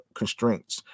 constraints